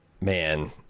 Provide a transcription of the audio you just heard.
man